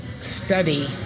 study